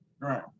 Right